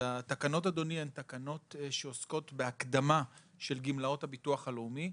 אדוני הן תקנות שעוסקות בהקדמה של גמלאות הביטוח הלאומי.